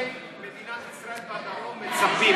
למה אזרחי מדינת ישראל בדרום מצפים?